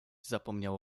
zapomniał